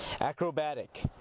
Acrobatic